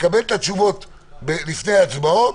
נקבל את התשובות לפני ההצבעות,